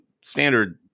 standard